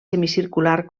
semicircular